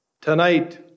tonight